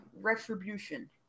Retribution